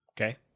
Okay